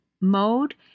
mode